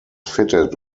fitted